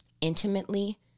intimately